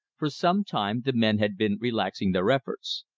for some time the men had been relaxing their efforts.